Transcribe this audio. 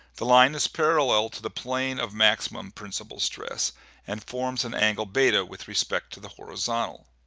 the line is parallel to the plane of maximum principle stress and forms an angle, beta, with respect to the horizontal.